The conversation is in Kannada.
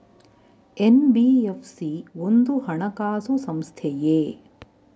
ಎನ್.ಬಿ.ಎಫ್.ಸಿ ಒಂದು ಹಣಕಾಸು ಸಂಸ್ಥೆಯೇ?